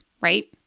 Right